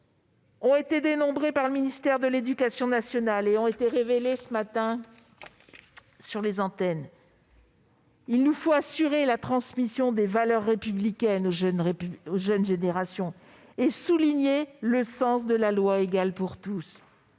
ont été dénombrées par le ministère de l'éducation nationale et elles ont été révélées ce matin sur les antennes. Il faut assurer la transmission des valeurs républicaines aux jeunes générations et souligner le sens de la loi égale pour tous.